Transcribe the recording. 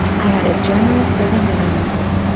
i had a generous living allowance.